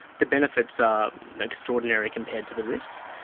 the benefits are extraordinary compared to the risks.